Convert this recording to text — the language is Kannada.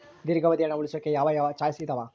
ದೇರ್ಘಾವಧಿ ಹಣ ಉಳಿಸೋಕೆ ಯಾವ ಯಾವ ಚಾಯ್ಸ್ ಇದಾವ?